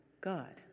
God